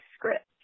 script